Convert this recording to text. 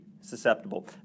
susceptible